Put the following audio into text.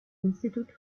institute